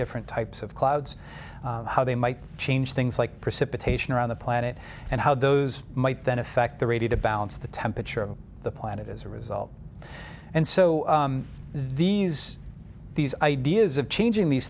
different types of clouds how they might change things like precipitation around the planet and how those might then affect the radio to balance the temperature of the planet as a result and so these these ideas of changing these